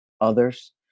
others